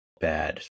bad